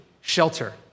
shelter